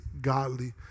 godly